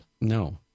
No